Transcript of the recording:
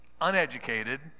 uneducated